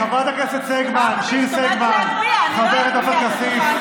פעם רביעית שאת אומרת לי להגביה,